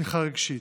לתמיכה רגשית.